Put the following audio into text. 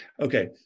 Okay